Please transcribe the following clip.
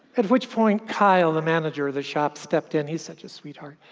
at which point kyle, the manager of the shop, stepped in. he's such a sweetheart.